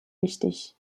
wichtig